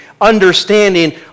understanding